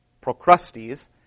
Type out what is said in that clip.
procrustes